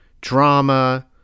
drama